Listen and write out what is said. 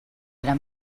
era